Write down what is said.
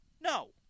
no